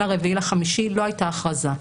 בין הרביעי לחמישי לא הייתה הכרזה.